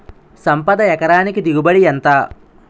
సంపద ఎకరానికి దిగుబడి ఎంత?